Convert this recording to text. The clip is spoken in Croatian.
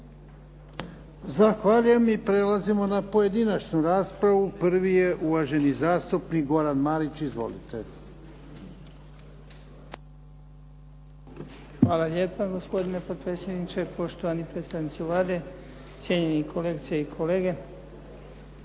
Zahvaljujem. I prelazimo na pojedinačnu raspravu. Prvi je uvaženi zastupnik Goran Marić. Izvolite. **Marić, Goran (HDZ)** Hvala lijepa, gospodine potpredsjedniče. Poštovani predstavnici Vlade, cijenjeni kolegice i kolege.